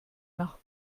nach